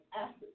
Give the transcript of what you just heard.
acid